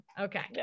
Okay